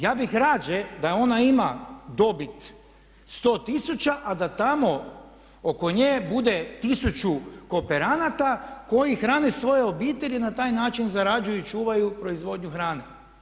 Ja bih radije da ona ima dobit 100 tisuća a da tamo oko nje bude tisuću kooperanata koji hrane svoje obitelji i na taj način zarađuju i čuvaju proizvodnju hrane.